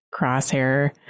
Crosshair